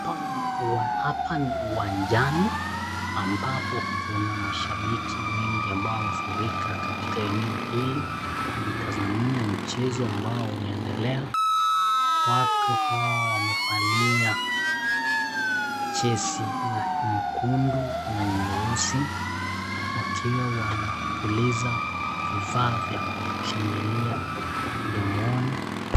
Hapa ni uwanjani ambapo kuna mashabiki wengi ambao wamefurika katika eneo hili kujitazamia mchezo ambao unaendelea. Watu hawa wamevalia jezi la nyekundu na nyeusi wakiwa wanapuliza vifaa vya kushangilia mdomoni.